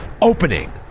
opening